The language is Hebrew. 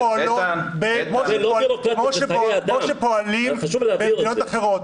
אני רוצה שתפעלו כמו שפועלים במדינות אחרות.